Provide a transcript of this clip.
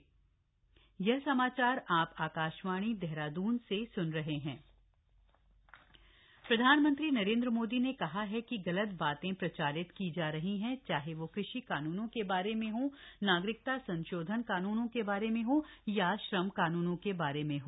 भाजपा स्थापना दिवस प्रधानमंत्री नरेन्द्र मोदी ने कहा है कि गलत बातें प्रचारित की जा रही हैं चाहें वो कृषि कानूनों के बारे में हो नागरिकता संशोधन कानुन के बारे में हो या श्रम कानुन के बारे में हो